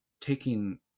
taking